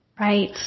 Right